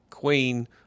queen